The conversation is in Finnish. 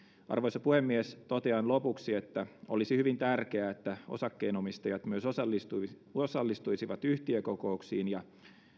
arvoisa puhemies totean lopuksi että olisi hyvin tärkeää että osakkeenomistajat myös osallistuisivat osallistuisivat yhtiökokouksiin ja